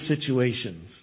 situations